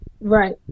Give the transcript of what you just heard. Right